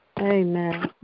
Amen